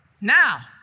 Now